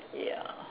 ya